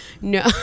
No